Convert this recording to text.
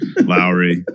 Lowry